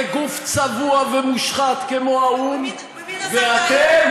בגוף צבוע ומושחת כמו האו"ם, ואתם?